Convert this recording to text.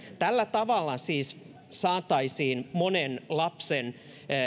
tällä tavalla siis saataisiin monen lapsen